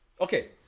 Okay